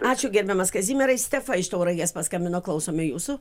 ačiū gerbiamas kazimierai stefa iš tauragės paskambino klausome jūsų